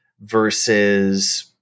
versus